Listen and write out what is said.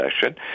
session